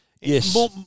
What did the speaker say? Yes